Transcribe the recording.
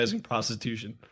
prostitution